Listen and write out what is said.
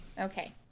Okay